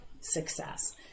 success